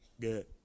good